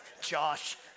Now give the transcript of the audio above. Josh